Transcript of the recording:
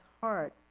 heart